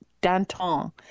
Danton